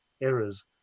errors